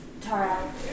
Tara